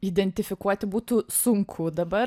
identifikuoti būtų sunku dabar